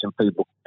people